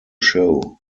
show